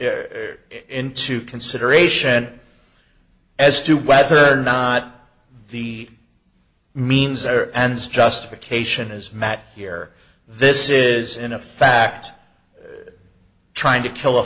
in into consideration as to whether or not the means are ends justification as matt here this is in a fact trying to kill a